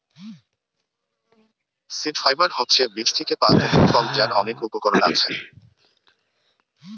seed fibre হচ্ছে বীজ থিকে পায়া তন্তু ফল যার অনেক উপকরণ আছে